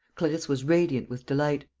clarisse was radiant with delight.